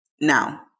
Now